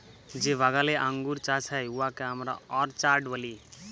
যে বাগালে আঙ্গুর চাষ হ্যয় উয়াকে আমরা অরচার্ড ব্যলি